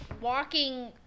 walking